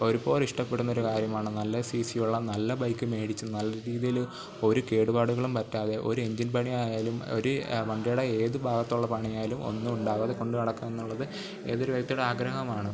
ഒരുപോലെ ഇഷ്ടപ്പെടുന്നൊരു കാര്യമാണ് നല്ല സി സി ഉള്ള നല്ല ബൈക്ക് മേടിച്ച് നല്ല രീതിയിൽ ഒരു കേടുപാടുകളും പറ്റാതെ ഒരു എൻജിൻ പണിയായാലും ഒരു വണ്ടിയുടെ ഏത് ഭാഗത്തുള്ള പണിയായാലും ഒന്നും ഉണ്ടാവാതെ കൊണ്ട് നടക്കുക എന്നുള്ളത് ഏതൊരു വ്യക്തിയുടെയും ആഗ്രഹമാണ്